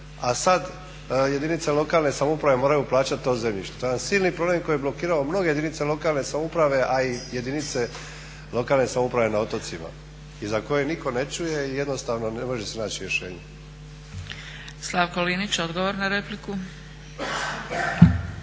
a sad jedinice lokalne samouprave moraju plaćati to zemljište. To je jedan silni problem koji je blokirao mnoge jedinice lokalne samouprave, a i jedinice lokalne samouprave na otocima i za koje nitko ne čuje i jednostavno ne može se naći rješenje. **Zgrebec, Dragica